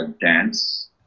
dance